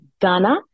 Ghana